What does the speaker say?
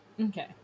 Okay